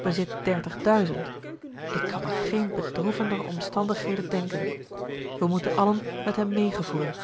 bezit dertigduizend ik kan mij geen bedroevender omstandigheden denken we moeten allen met hem meegevoelen